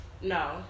No